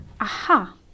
Aha